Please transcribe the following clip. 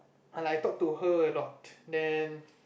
I like talk to her a lot then